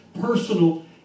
personal